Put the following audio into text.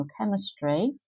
chemistry